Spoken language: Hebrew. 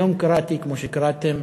היום קראתי, כמו שקראתם,